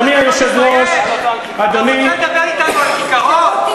אדוני היושב-ראש, אתה רוצה לדבר אתנו על כיכרות?